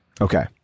Okay